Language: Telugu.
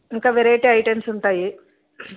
ఇంక వెరైటీ ఐటెమ్స్ ఉంటాయి